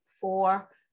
four